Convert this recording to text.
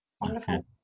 Wonderful